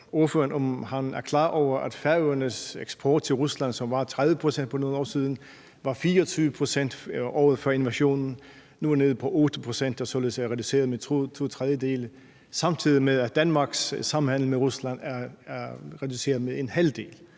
om han er klar over, at Færøernes eksport til Rusland, som var 30 pct. for nogle år siden, var 24 pct. året før invasionen og nu er nede på 8 pct. og således er reduceret med to tredjedele, samtidig med at Danmarks samhandel med Rusland er reduceret med halvdelen.